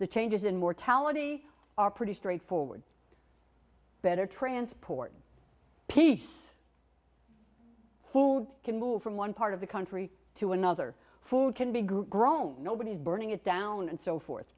the changes in mortality are pretty straightforward better transport peace food can move from one part of the country to another food can be grown nobody's burning it down and so forth